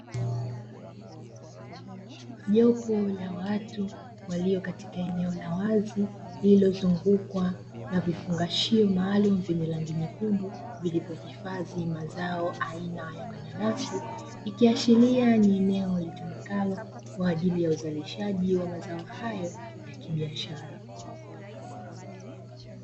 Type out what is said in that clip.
Jopo la watu walio katika eneo la wazi lililo zungukwa na vifungashio maalum vyenye rangi nyekundu vilivyo hifadhi mazao aina ya mananasi, ikiashiria kua ni eneo litumikalo kwajili ya uzalishaji wa mazao hayo ya kibiashara